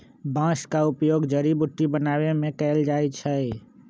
बांस का उपयोग जड़ी बुट्टी बनाबे में कएल जाइ छइ